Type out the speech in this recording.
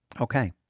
Okay